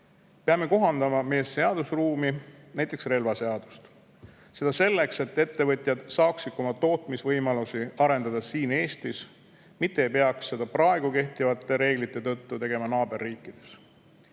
Peame kohandama meie seadusruumi, näiteks relvaseadust. Seda selleks, et ettevõtjad saaksid oma tootmisvõimalusi arendada siin Eestis, mitte ei peaks seda praegu kehtivate reeglite tõttu tegema naaberriikides.